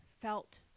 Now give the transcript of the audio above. felt